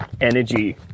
energy